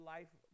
Life